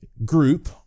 group